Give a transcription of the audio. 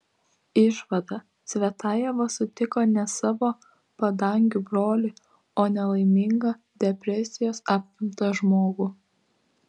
išvada cvetajeva sutiko ne savo padangių brolį o nelaimingą depresijos apimtą žmogų